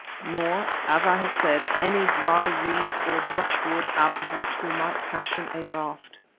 nor, as i have said, any dry reeds or brushwood out of which we might fashion a raft.